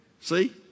see